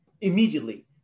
immediately